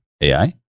AI